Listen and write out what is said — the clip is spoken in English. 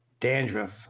dandruff